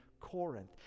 Corinth